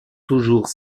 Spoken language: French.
toujours